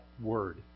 word